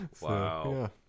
Wow